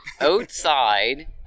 outside